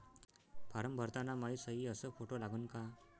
Form भरताना मायी सयी अस फोटो लागन का?